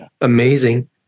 amazing